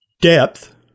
depth